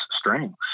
strengths